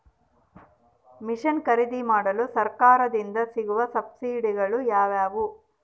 Mission ಖರೇದಿಮಾಡಲು ಸರಕಾರದಿಂದ ಸಿಗುವ ಸಬ್ಸಿಡಿಗಳು ಯಾವುವು?